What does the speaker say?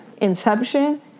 Inception